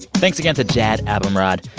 thanks again to jad abumrad.